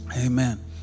amen